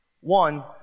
One